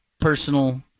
personal